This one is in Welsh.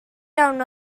iawn